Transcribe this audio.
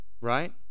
right